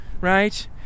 Right